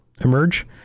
emerge